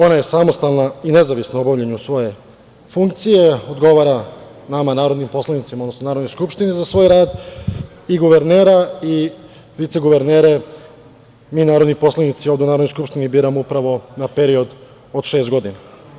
Ona je samostalna i nezavisna u obavljanju svoje funkcije, odgovara nama narodnim poslanicima, odnosno Narodnoj skupštini za svoj rad i guvernera i viceguvernere mi narodni poslanici ovde u Narodnoj skupštini biramo upravo na period od šest godina.